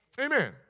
Amen